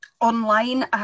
online